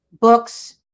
books